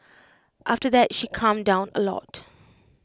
after that she calmed down A lot